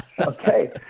okay